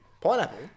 Pineapple